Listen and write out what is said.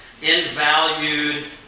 invalued